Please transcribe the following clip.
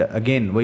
again